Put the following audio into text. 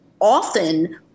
often